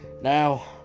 Now